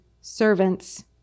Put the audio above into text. servants